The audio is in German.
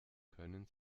können